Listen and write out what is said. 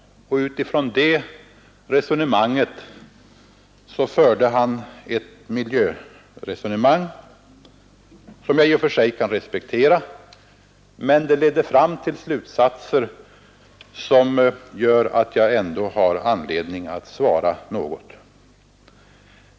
Från denna utgångspunkt förde han ett miljöresonemang som jag i och för sig kan respektera, men det ledde fram till slutsatser som gör att jag ändå har anledning att svara något.